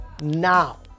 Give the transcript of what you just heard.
now